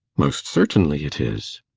most certainly it is.